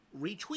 retweet